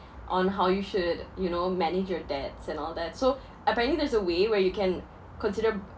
on how you should you know manage your debts and all that so apparently there's a way where you can consider